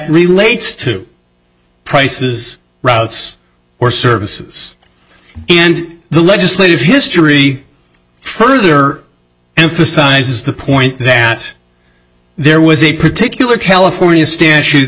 relates to prices routes or services and the legislative history further and for size is the point that there was a particular california statute